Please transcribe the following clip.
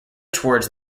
towards